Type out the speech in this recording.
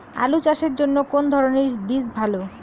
আলু চাষের জন্য কোন ধরণের বীজ ভালো?